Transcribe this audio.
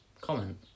comment